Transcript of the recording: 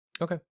okay